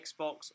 Xbox